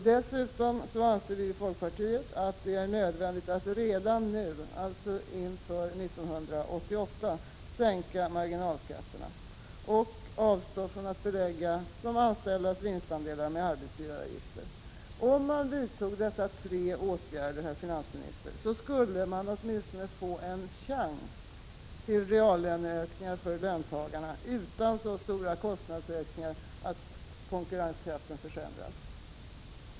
Dessutom anser vi i folkpartiet att det är nödvändigt att redan nu, dvs. inför 1988, sänka marginalskatterna och avstå från att belägga de anställdas vinstandelar med arbetsgivaravgifter. Om regeringen vidtog dessa tre åtgärder, herr finansminister, skulle det åtminstone finnas en chans till reallöneökningar för löntagarna utan så stora kostnadsökningar att konkurrenskraften försämras.